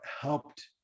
helped